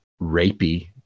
rapey